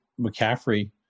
McCaffrey